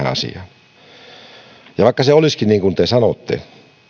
asiaan vaikka se olisikin niin kuin te sanotte